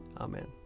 Amen